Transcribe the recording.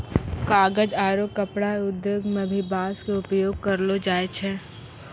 कागज आरो कपड़ा उद्योग मं भी बांस के उपयोग करलो जाय छै